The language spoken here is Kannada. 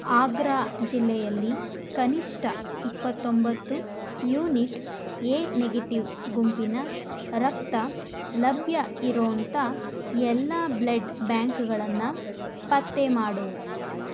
ಆಗ್ರಾ ಜಿಲ್ಲೆಯಲ್ಲಿ ಕನಿಷ್ಠ ಇಪ್ಪತ್ತು ಒಂಬತ್ತು ಯೂನಿಟ್ ಏ ನೆಗೆಟಿವ್ ಗುಂಪಿನ ರಕ್ತ ಲಭ್ಯ ಇರೋಂಥ ಎಲ್ಲ ಬ್ಲಡ್ ಬ್ಯಾಂಕ್ಗಳನ್ನು ಪತ್ತೆ ಮಾಡು